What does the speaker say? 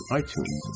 iTunes